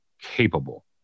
capable